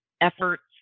efforts